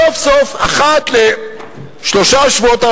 סוף-סוף אחת לשלושה שבועות,